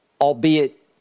albeit